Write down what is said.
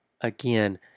again